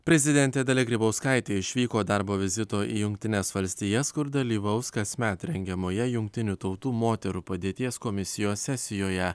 prezidentė dalia grybauskaitė išvyko darbo vizito į jungtines valstijas kur dalyvaus kasmet rengiamoje jungtinių tautų moterų padėties komisijos sesijoje